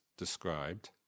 described